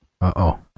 Uh-oh